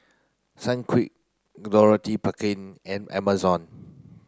Sunquick Dorothy Perkin and Amazon